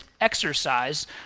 exercise